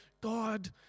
God